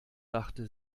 dachte